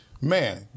man